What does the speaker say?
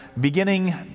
beginning